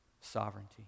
sovereignty